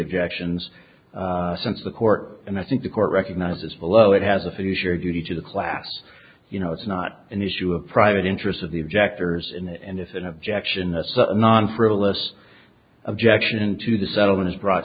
objections since the court and i think the court recognizes below it has a fiduciary duty to the class you know it's not an issue of private interest of the objectors and if an objection that non frivolous objection to the settlement is brought